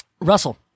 Russell